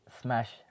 Smash